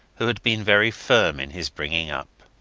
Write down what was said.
who had been very firm in his bringing up.